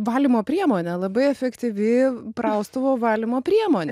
valymo priemonė labai efektyvi praustuvo valymo priemonė